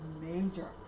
major